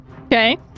Okay